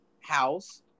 house